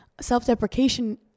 self-deprecation